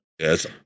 yes